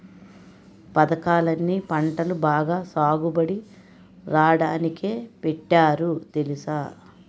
పదకాలన్నీ పంటలు బాగా సాగుబడి రాడానికే పెట్టారు తెలుసా?